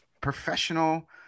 professional